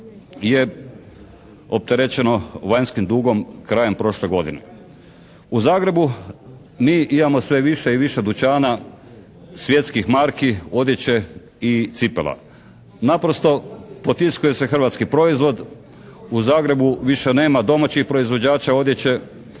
je opterećeno vanjskim dugom krajem prošle godine. U Zagrebu mi imamo sve više i više dućana svjetskih marki odjeće i cipela. Naprosto potiskuje se hrvatski proizvod, u Zagrebu više nema domaćih proizvođača odjeće,